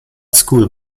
school